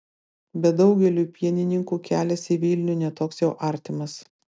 bet daugeliui pienininkų kelias į vilnių ne toks jau artimas